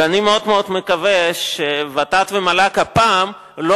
ואני מאוד מקווה שות"ת ומל"ג הפעם לא